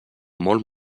molt